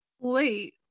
wait